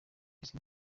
izi